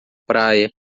praia